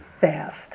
fast